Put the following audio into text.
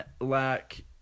lack